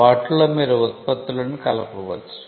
వాటిలో మీరు ఉత్పత్తులను కలపవచ్చు